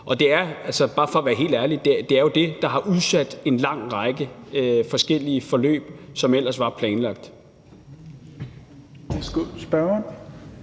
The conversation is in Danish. er jo – bare for at være helt ærlig – det, der har udsat en lang række forskellige forløb, som ellers var planlagt.